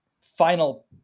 final